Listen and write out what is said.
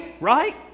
right